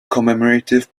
commemorative